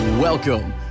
Welcome